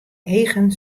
eagen